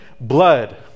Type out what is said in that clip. blood